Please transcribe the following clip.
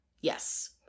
Yes